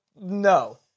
no